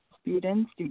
students